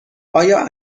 آیا